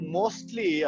mostly